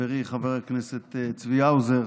חברי חבר הכנסת צבי האוזר,